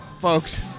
folks